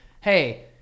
Hey